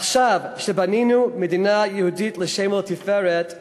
עכשיו, כשבנינו מדינה יהודית לשם ולתפארת,